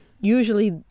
usually